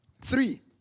Three